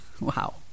Wow